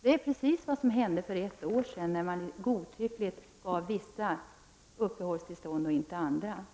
Det var precis det som hände för något år sedan då man godtyckligt gav vissa personer uppehållstillstånd men inte andra.